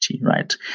right